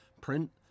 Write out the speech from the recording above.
print